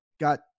got